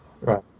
right